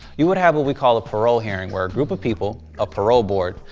you would have what we call a parole hearing where a group of people, a parole board,